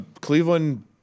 Cleveland